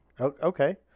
Okay